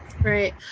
Right